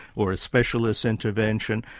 or a specialist intervention,